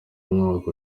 mwaka